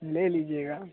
ले लीजिएगा